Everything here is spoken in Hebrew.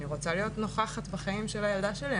אני רוצה להיות נוכחת בחיים של הילדה שלי.